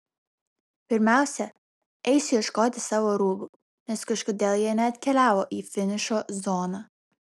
pirmiausia eisiu ieškoti savo rūbų nes kažkodėl jie neatkeliavo į finišo zoną